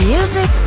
Music